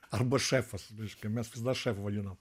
arba šefas reiškia mes visada šefu vadinom